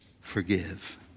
forgive